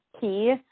key